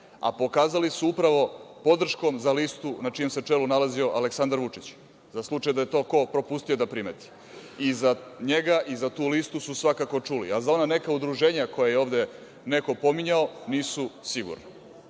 a pokazali su upravo podrškom za listu na čijem se čelu nalazio Aleksandar Vučić, za slučaj da je to ko propustio da primeti. I za njega i za tu listu su svakako čuli. A za ona neka udruženja koja je ovde neko pominjao, nisu sigurno. Kada